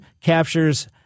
captures